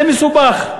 זה מסובך.